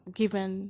given